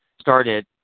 started